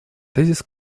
тезис